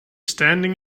standing